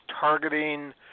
targeting